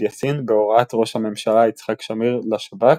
יאסין בהוראת ראש הממשלה יצחק שמיר לשב"כ,